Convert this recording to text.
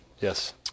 Yes